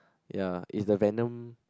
ya is the venom